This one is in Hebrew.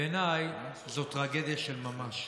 בעיניי זו טרגדיה של ממש,